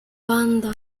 banda